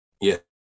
yes